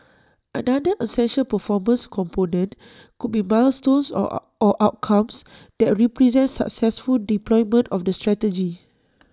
another essential performance component could be milestones or or outcomes that represent successful deployment of the strategy